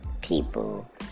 people